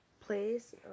place